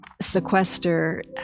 sequester